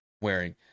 wearing